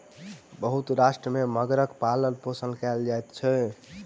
बहुत राष्ट्र में मगरक पालनपोषण कयल जाइत अछि